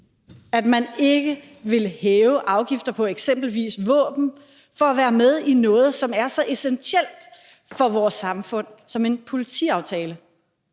at man ikke vil hæve afgifter på eksempelvis våben for at være med i noget, som er så essentielt for vores samfund som en politiaftale.